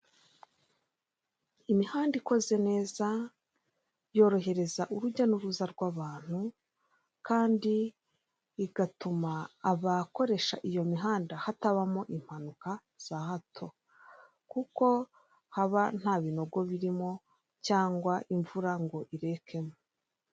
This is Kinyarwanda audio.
Imihanda ikoze neza yorohereza urujya n'uruza rw'abantu kandi igatuma abakoresha iyo mihanda hatabamo impanuka za hato, kuko haba nta binogo birimo cyangwa imvura ngo irekemo.